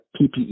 PPE